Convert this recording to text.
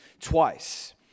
twice